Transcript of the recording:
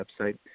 website